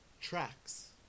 Tracks